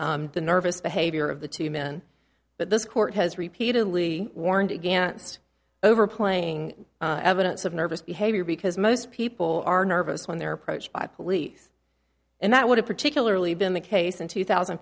the nervous behavior of the two men but this court has repeatedly warned against overplaying evidence of nervous behavior because most people are nervous when they're approached by police and that would have particularly been the case in two thousand